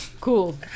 Cool